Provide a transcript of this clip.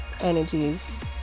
energies